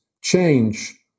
change